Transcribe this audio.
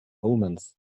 omens